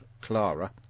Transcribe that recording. Clara